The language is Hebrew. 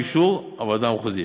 ובאישור הוועדה המחוזית.